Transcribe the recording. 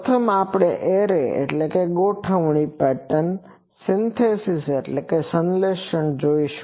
પ્રથમ આપણે એરેarrayગોઠવણી પેટર્ન સિન્થેસિસSynthesisસંશ્લેષણ જોશું